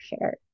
shared